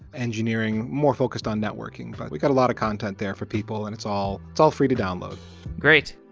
engineering, more focused on networking, but we got a lot of content there for people and it's all it's all free to download great.